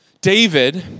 David